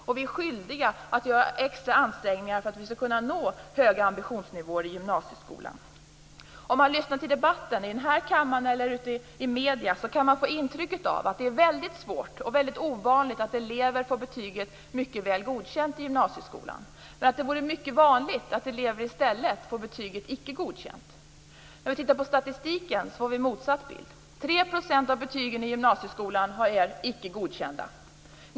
Vi är också skyldiga att göra extra ansträngningar för att kunna nå höga ambitionsnivåer i gymnasieskolan. Om man lyssnar till debatten här i kammaren eller i medierna, kan man få intrycket att det är väldigt svårt och väldigt ovanligt att elever får betyget Mycket väl godkänd i gymnasieskolan och att det är mycket vanligt att elever i stället får betyget Icke godkänd. När vi ser på statistiken får vi en motsatt bild. 3 % av eleverna i gymnasieskolan har betyget Icke godkänd.